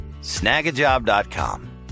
snagajob.com